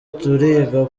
turiga